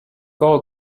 encore